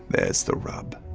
there's the rub.